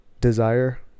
desire